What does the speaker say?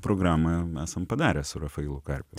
programą esam padarę su rafailu karpiu